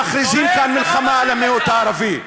שמכריזים כאן מלחמה על המיעוט הערבי.